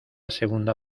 segunda